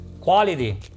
Quality